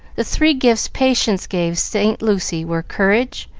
the three gifts patience gave saint lucy were courage,